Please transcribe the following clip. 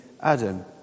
Adam